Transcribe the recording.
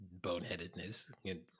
boneheadedness